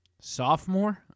sophomore